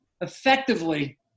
effectively